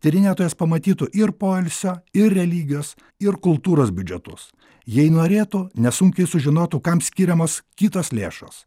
tyrinėtojas pamatytų ir poilsio ir religijos ir kultūros biudžetus jei norėtų nesunkiai sužinotų kam skiriamos kitos lėšos